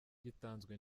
gitanzwe